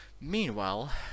Meanwhile